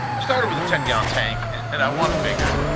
i started with a ten gallon tank and i wanted bigger,